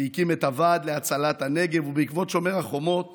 שהקים את הוועד להצלת הנגב, ובעקבות שומר החומות